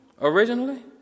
originally